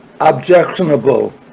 objectionable